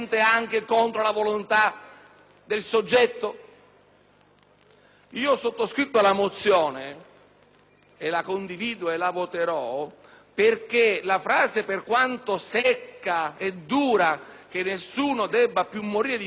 Ho sottoscritto la mozione e la voterò, perché la frase per quanto secca e dura che nessuno debba più morire di fame e di sete la condivido, sempre